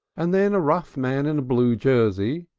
and then a rough man in a blue jersey,